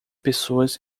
pessoas